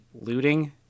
looting